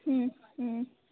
হুম হুম